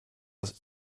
das